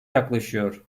yaklaşıyor